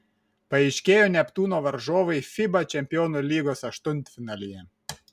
paaiškėjo neptūno varžovai fiba čempionų lygos aštuntfinalyje